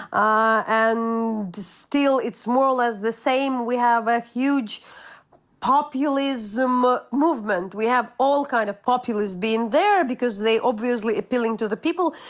um and still it's more or less the same. we have a huge populism ah movement. we have all kind of populist being there because they obviously appealing to the people.